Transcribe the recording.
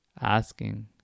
asking